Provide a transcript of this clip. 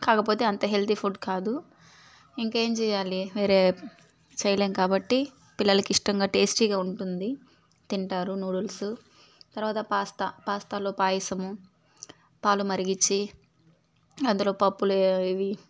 కాకపోతే అంత healthy food కాదు ఇంకేం చేయాలి వేరే చేయలేము కదా వాళ్ళకిష్టంగా టేస్టీగా ఉంటుంది తింటారు నూడిల్సు తరువాత పాస్తా పాస్తాలో పాయసము పాలు మరిగిచ్చి అందులో పప్పులు ఇవి